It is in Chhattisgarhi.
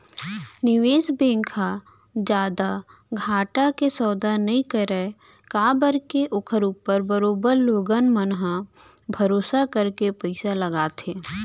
निवेस बेंक ह जादा घाटा के सौदा नई करय काबर के ओखर ऊपर बरोबर लोगन मन ह भरोसा करके पइसा ल लगाथे